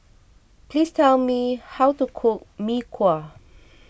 please tell me how to cook Mee Kuah